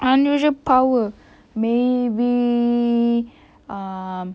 unusual power maybe um